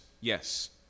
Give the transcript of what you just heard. Yes